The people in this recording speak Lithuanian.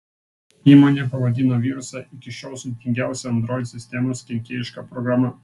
įmonė pavadino virusą iki šiol sudėtingiausia android sistemos kenkėjiška programa